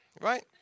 right